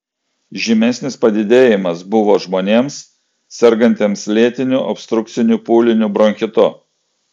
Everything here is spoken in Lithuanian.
žymesnis padidėjimas buvo žmonėms sergantiems lėtiniu obstrukciniu pūliniu bronchitu